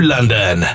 London